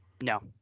no